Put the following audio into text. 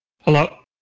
Hello